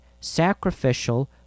sacrificial